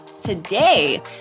today